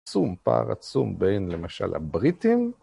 עצום פער עצום בין למשל הבריטים